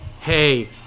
hey